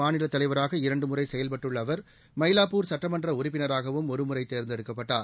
மாநில தலைவராக இரண்டு முறை செயல்பட்டுள்ள அவர் மயிலாப்பூர் சட்டமன்ற உறுப்பினராகவும் ஒருமுறை தேர்ந்தெடுக்கப்பட்டார்